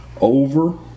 over